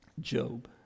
Job